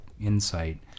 insight